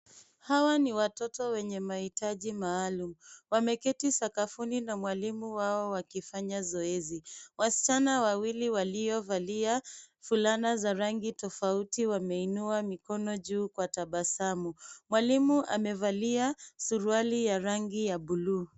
Hawa ni watoto wenye mahitaji maalum, wameketi sakafuni na mwalimu wao wakifanya zoezi. Wasichana wawili waliovalia fulana za rangi tofauti wameinua mikono juu kwa tabasamu. Mwalimu amevalia suruali ya rangi ya bluu.